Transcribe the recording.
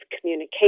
communication